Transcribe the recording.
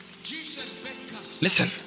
listen